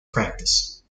practice